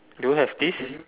do you have this